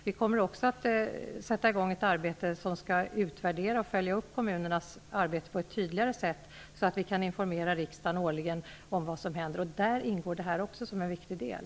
Vi kommer också att sätta i gång ett arbete för att utvärdera och följa upp kommunernas arbete på ett tydligare sätt, så att vi kan informera riksdagen årligen om vad som händer. Där ingår denna fråga som en viktig del.